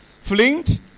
flint